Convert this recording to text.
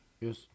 yes